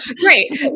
Great